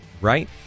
right